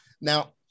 now